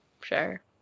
Sure